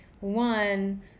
one